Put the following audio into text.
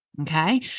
Okay